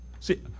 See